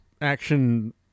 action